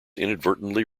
inadvertently